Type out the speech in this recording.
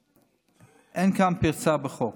אין כאן פרצה בחוק,